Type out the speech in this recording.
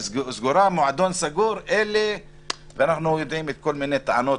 מועדון סגור, ואנחנו יודעים כל מיני טענות